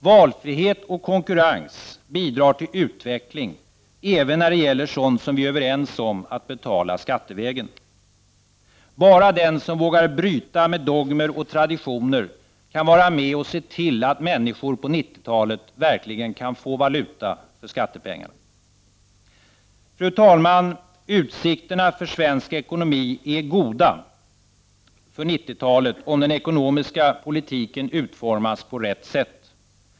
Valfrihet och konkurrens bidrar till utveckling, även när det gäller sådant som vi är överens om skall betalas skattevägen. Bara den som vågar bryta med dogmer och traditioner kan vara med och se till att människor på 90-talet verkligen kan få valuta för skattepengarna. Fru talman! Utsikterna för svensk ekonomi är goda för 90-talet, om den ekonomiska politiken utformas på rätt sätt.